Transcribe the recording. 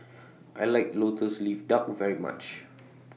I like Lotus Leaf Duck very much